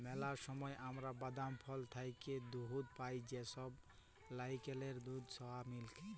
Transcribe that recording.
ম্যালা সময় আমরা বাদাম, ফল থ্যাইকে দুহুদ পাই যেমল লাইড়কেলের দুহুদ, সয়া মিল্ক